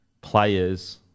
players –